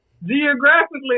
Geographically